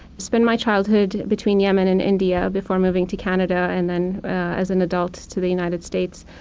spent my childhood between yemen and india before moving to canada, and then as an adult to the united states.